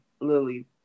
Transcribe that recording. Lily